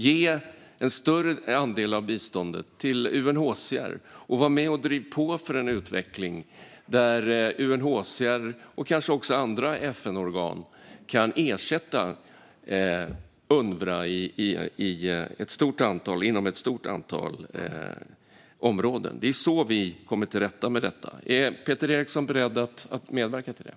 Ge en större andel av biståndet till UNHCR och var med och driv på för en utveckling där UNHCR och kanske också andra FN-organ kan ersätta Unrwa inom ett stort antal områden! Det är så vi kommer till rätta med detta. Är Peter Eriksson beredd att medverka till det?